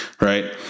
Right